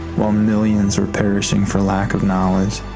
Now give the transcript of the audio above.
while millions were perishing for lack of knowledge,